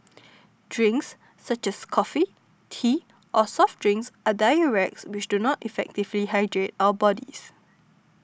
drinks such as coffee tea or soft drinks are diuretics which do not effectively hydrate our bodies